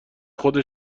خود